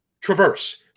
traverse